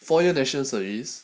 four year national service